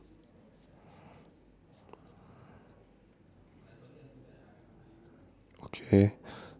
okay